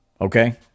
Okay